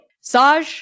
Saj